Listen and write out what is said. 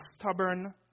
stubborn